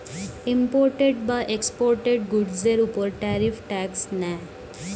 imported বা exported গুডসের উপর ট্যারিফ ট্যাক্স নেয়